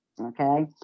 Okay